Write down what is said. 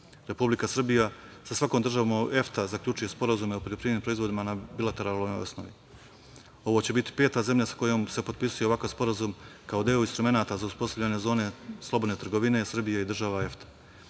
Srbija sa svakom državom EFTA zaključuje sporazume o poljoprivrednim proizvodima na bilateralnoj osnovi. Ovo će biti peta zemlja sa kojom se potpisuje ovakav sporazum kao deo instrumenata za uspostavljanje zone slobodne trgovine Srbije i država